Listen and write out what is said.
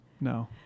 No